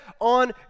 on